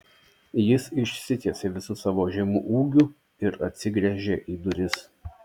jis išsitiesė visu savo žemu ūgiu ir atsigręžė į duris